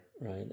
right